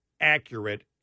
accurate